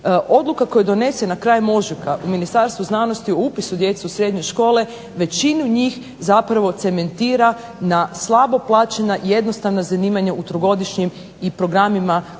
Odluka koja je donesena krajem ožujka u Ministarstvu znanosti o upisu djece u srednje škole većinu njih cementira na slabo plaćena jednostavna zanimanja u trogodišnjem i programima kraćeg